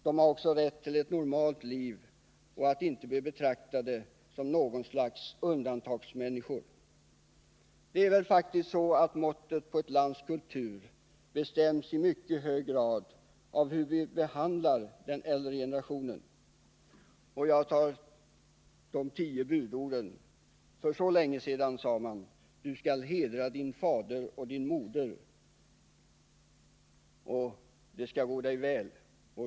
De har därför rätt till ett normalt liv och skall inte bli betraktade som något slags undantagsmänniskor. Det är ju så att måttet på ett lands kultur i mycket hög grad bestäms av hur man där behandlar den äldre generationen. Här gäller ännu det som står i de tio budorden: Du skall hedra din fader och din moder.